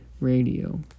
radio